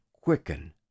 quicken